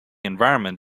environment